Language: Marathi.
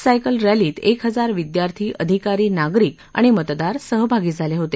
सायकल रक्षीत एक हजार विदयार्थी अधिकारी नागरिक आणि मतदार सहभागी झाले होते